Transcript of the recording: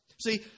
See